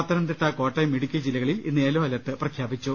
പത്ത നംതിട്ട കോട്ടയം ഇടുക്കി ജില്ലകളിൽ ഇന്ന് യെലോ അലർട്ട് പ്രഖ്യാപിച്ചു